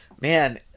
Man